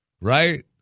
Right